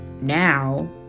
now